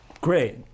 Great